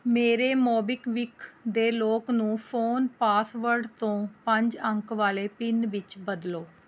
ਮੇਰੇ ਮੋਬੀਕਵਿਕ ਦੇ ਲੌਕ ਨੂੰ ਫ਼ੋਨ ਪਾਸਵਰਡ ਤੋਂ ਪੰਜ ਅੰਕ ਵਾਲੇ ਪਿੰਨ ਵਿੱਚ ਬਦਲੋ